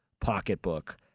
pocketbook